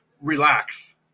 relax